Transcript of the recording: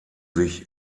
sich